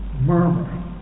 Murmuring